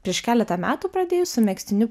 prieš keletą metų pradėjus su megztiniu